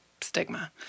stigma